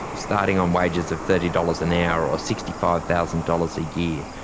starting on wages of thirty dollars an hour or sixty five thousand dollars a year,